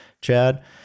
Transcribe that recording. Chad